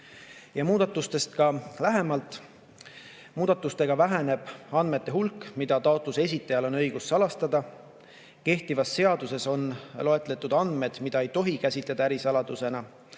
muudatustest ka lähemalt. Muudatustega väheneb andmete hulk, mida taotluse esitajal on õigus salastada. Kehtivas seaduses on loetletud andmed, mida ei tohi käsitleda ärisaladusena.